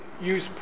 use